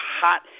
hot